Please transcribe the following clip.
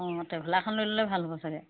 অঁ ট্ৰভেলাৰখন লৈ ল'লে ভাল হ'ব চাগে